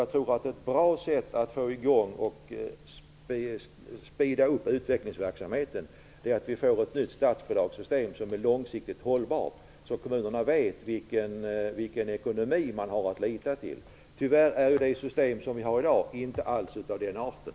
Jag tror att ett bra sätt att få i gång och driva på utvecklingsverksamheten är att vi får ett nytt statsbidragssystem som är långsiktigt hållbart. Då vet kommunerna vilken ekonomi de har att lita till. Tyvärr är det system som vi har i dag inte alls av den arten.